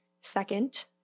second